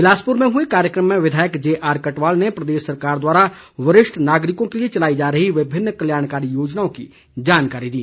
बिलासपुर में हुए कार्यक्रम में विधायक जेआरकटवाल ने प्रदेश सरकार द्वारा वरिष्ठ नागरिकों के लिए चलाई जा रही विभिन्न कल्याणकारी योजनाओं की जानकारी दी